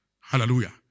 Hallelujah